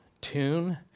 tune